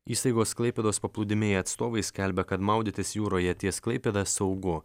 įstaigos klaipėdos paplūdimiai atstovai skelbia kad maudytis jūroje ties klaipėda saugu